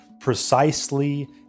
precisely